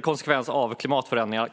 konsekvens av klimatförändringarna.